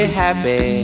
happy